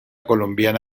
colombiana